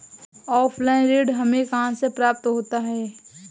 Offline ऋण हमें कहां से प्राप्त होता है?